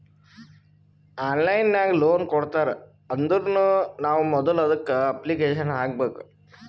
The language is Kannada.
ಆನ್ಲೈನ್ ನಾಗ್ ಲೋನ್ ಕೊಡ್ತಾರ್ ಅಂದುರ್ನು ನಾವ್ ಮೊದುಲ ಅದುಕ್ಕ ಅಪ್ಲಿಕೇಶನ್ ಹಾಕಬೇಕ್